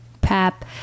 Pap